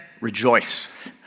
rejoice